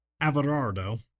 Averardo